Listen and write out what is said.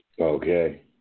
Okay